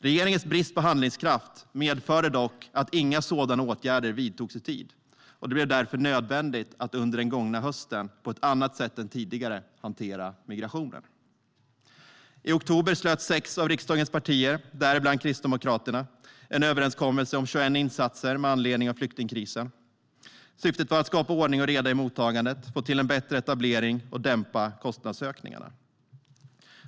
Regeringens brist på handlingskraft medförde dock att inga sådana åtgärder vidtogs i tid. Det blev därför nödvändigt att under den gångna hösten på ett annat sätt än tidigare hantera migrationen. I oktober slöt sex av riksdagens partier, däribland Kristdemokraterna, en överenskommelse om 21 insatser med anledning av flyktingkrisen. Syftet var att skapa ordning och reda i mottagandet, få till en bättre etablering och dämpa kostnadsökningarna.